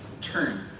turn